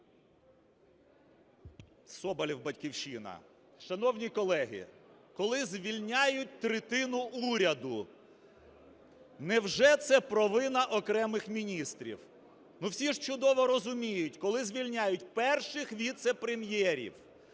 Соболєв, "Батьківщина". Шановні колеги, коли звільняють третину уряду, невже це провина окремих міністрів? Всі чудово розуміють, коли звільняють перших віцепрем'єрів,